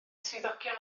swyddogion